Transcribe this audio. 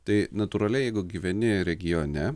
tai natūraliai jeigu gyveni regione